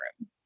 room